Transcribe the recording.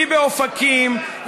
היא באופקים,